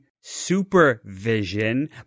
supervision